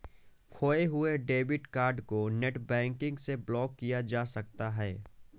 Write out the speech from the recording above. खोये हुए debit card को नेटबैंकिंग से ब्लॉक किया जा सकता है